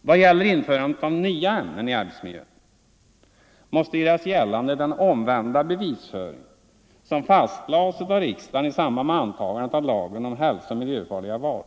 Vad gäller införandet av nya ämnen i arbetsmiljön måste göras gällande den omvända bevisföring som fastlades av riksdagen i samband med antagandet av lagen om hälsooch miljöfarliga varor.